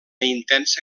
intensa